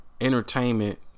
entertainment